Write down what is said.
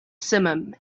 simum